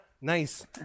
nice